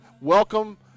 welcome